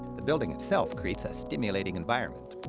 the building itself creates a stimulating environment.